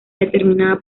determinada